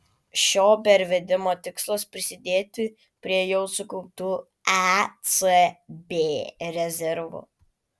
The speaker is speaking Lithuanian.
šio pervedimo tikslas prisidėti prie jau sukauptų ecb rezervų